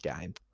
game